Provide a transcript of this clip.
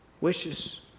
wishes